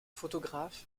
photographe